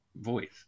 voice